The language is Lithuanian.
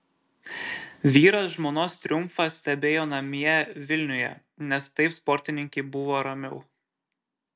vyras žmonos triumfą stebėjo namie vilniuje nes taip sportininkei buvo ramiau